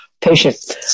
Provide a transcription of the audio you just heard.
patient